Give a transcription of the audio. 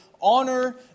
honor